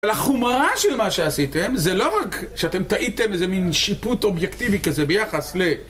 על החומרה של מה שעשיתם, זה לא רק שאתם טעיתם איזה מין שיפוט אובייקטיבי כזה ביחס ל...